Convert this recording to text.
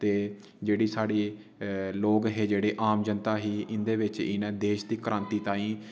ते जेह्ड़ी साढ़ी लोग हे जेह्ड़े आम जनता ही इंदे बिच इनै देश दी क्रांती ताईं